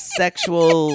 sexual